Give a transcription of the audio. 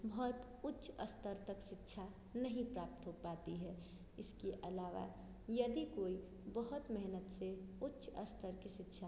बहुत उच्च स्तर तक शिक्षा नहीं प्राप्त हो पाती है इसके अलावा यदि कोई बहुत मेहनत से उच्च स्तर की शिक्षा